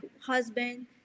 husband